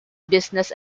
business